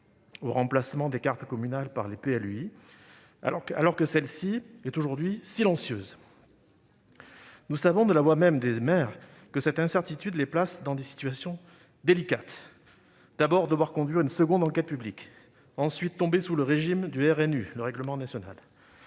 au remplacement des cartes communales par les PLUi dans la loi, alors que celle-ci est aujourd'hui silencieuse. Nous savons, de la voix même des maires, que cette incertitude les place dans des situations délicates : d'abord, devoir conduire une seconde enquête publique ; ensuite, tomber sous le régime du règlement national